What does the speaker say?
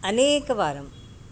अनेकवारं